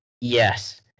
Yes